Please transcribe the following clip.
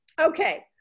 Okay